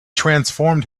transformed